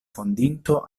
fondinto